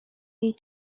jej